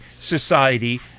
society